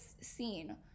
scene